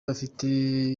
afite